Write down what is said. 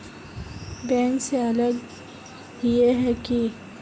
Bank से अलग हिये है की?